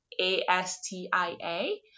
A-S-T-I-A